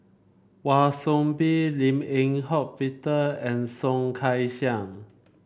Wan Soon Bee Lim Eng Hock Peter and Soh Kay Siang